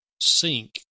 sink